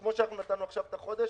כפי שנתנו עכשיו ארכה של חודש,